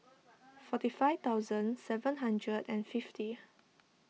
forty five thousand seven hundred and fifty